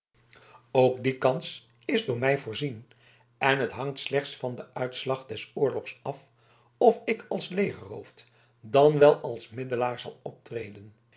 ook die kans is door mij voorzien en het hangt slechts van den uitslag des oorlogs af of ik als legerhoofd dan wel als middelaar zal optreden